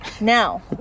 Now